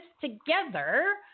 together